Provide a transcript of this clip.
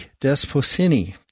desposini